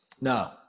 No